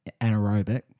anaerobic